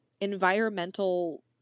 environmental